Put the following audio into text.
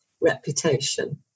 reputation